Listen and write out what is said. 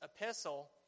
epistle